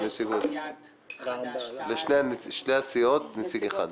לשתי הסיעות נציג אחד.